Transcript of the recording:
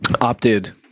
opted